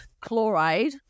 chloride